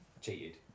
cheated